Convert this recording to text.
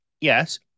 Yes